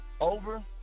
over